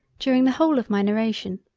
during the whole of my narration,